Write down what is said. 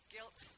Guilt